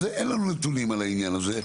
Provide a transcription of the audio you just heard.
אז זה אין לנו נתונים על העניין הזה,